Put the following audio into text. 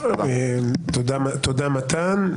תודה, מתן.